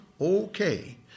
okay